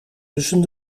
tussen